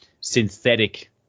synthetic